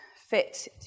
fit